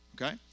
Okay